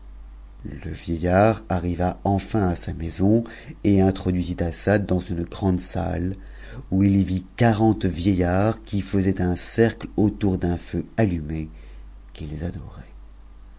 le vieillard arriva enfin à sa maison et introduisit assad dans t grande salle où il vit quarante vieillards qui faisaient un cercle antou d'un feu allumé qu'ils adoraient